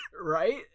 Right